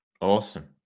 Awesome